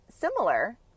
similar